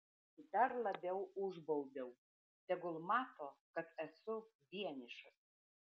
dar labiau užbaubiau tegul mato koks esu vienišas